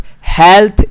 health